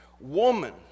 woman